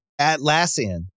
Atlassian